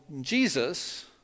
Jesus